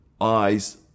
eyes